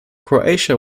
croatia